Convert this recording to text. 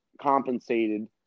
compensated